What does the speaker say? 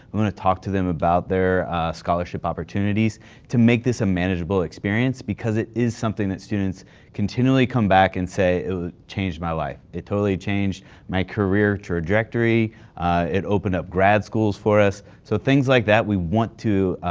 we want to talk to them about their ah scholarship opportunities to make this a manageable experience because it is something that students continually come back and say it changed my life. it totally changed my career trajectory. ah it opened up grad schools for us. so things like that we want to